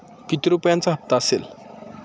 किती रुपयांचा हप्ता असेल?